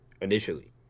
initially